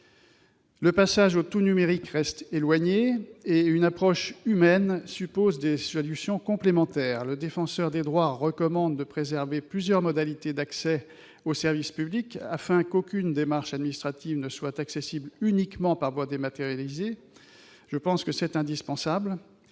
Le passage au tout-numérique reste éloigné et une approche humaine suppose des solutions complémentaires. Le Défenseur des droits recommande de préserver plusieurs modalités d'accès aux services publics, afin qu'aucune démarche administrative ne soit accessible uniquement par voie dématérialisée. Cela me semble indispensable.